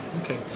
okay